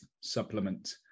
supplement